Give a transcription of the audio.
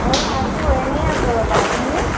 এ আছোঁ এনেই আছোঁ ৰবা তুমি